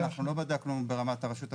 לא בדקנו ברמת הרשות המקומית,